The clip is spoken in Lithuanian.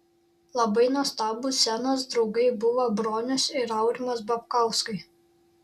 labai nuostabūs scenos draugai buvo bronius ir aurimas babkauskai